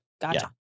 gotcha